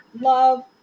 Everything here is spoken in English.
love